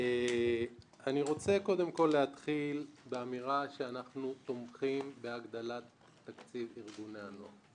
אני רוצה להתחיל באמירה שאנחנו תומכים בהגדלת תקציב ארגוני הנוער.